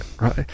right